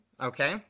Okay